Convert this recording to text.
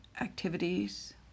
activities